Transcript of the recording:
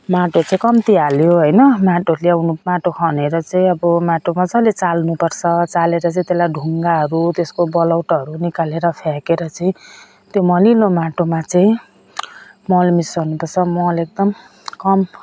माटो चाहिँ कम्ती हाल्यो होइन माटो ल्याउनु माटो खनेर चाहँ अब माटो मजाले चाल्नु पर्छ चालेर चाहिँ त्यसलाई ढुङ्गाहरू त्यसको बलौटोहरू निकालेर फ्याँकेर चाहिँ त्यो मलिलो माटोमा चाहिँ मल मिसाउनु पर्छ मल एकदम कम